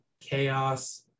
chaos